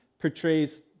portrays